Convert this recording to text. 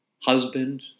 husband